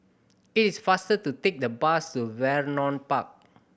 it is faster to take the bus to Vernon Park